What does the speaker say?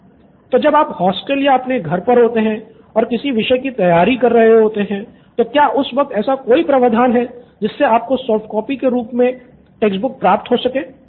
student 1 तो जब आप हॉस्टल या अपने घर पर होते हैं और किसी विषय की तैयारी कर रहे होते है तो क्या उस वक़्त ऐसा क्या कोई प्रावधान है जिससे आपको सॉफ्ट कॉपी के रूप मे टेक्स्ट बुक्स प्राप्त हो सकें